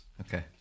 Okay